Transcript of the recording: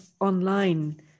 online